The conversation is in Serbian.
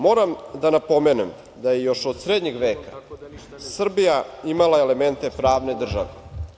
Moram da napomenem da je još od srednjeg veka Srbija imala elemente pravne države.